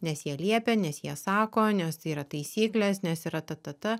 nes jie liepia nes jie sako nes yra taisyklės nes yra ta ta ta